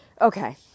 okay